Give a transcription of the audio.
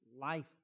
life